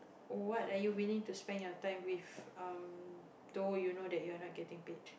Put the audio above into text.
what are you willing to spend your time with um though you know that your not getting paid